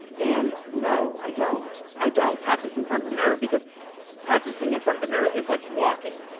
and no, i don't. i don't practice in front of a mirror, because practicing in front of a mirror is like walking.